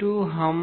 तो हम